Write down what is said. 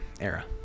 era